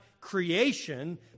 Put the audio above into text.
creation